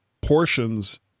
portions